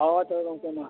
ᱦᱮᱸ ᱛᱚᱵᱮ ᱜᱚᱢᱠᱮ ᱢᱟ